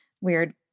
weird